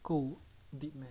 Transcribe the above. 够 deep